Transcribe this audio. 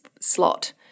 slot